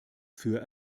für